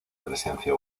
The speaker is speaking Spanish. presencia